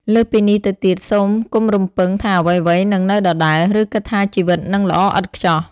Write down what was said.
លើសពីនេះទៅទៀត សូមកុំរំពឹងថាអ្វីៗនឹងនៅដដែល ឬគិតថាជីវិតនឹងល្អឥតខ្ចោះ។